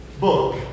book